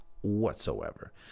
whatsoever